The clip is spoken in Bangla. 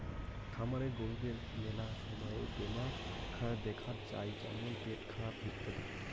খামারের গরুদের মেলা সময় বেমার দেখাত যাই যেমন পেটখারাপ ইত্যাদি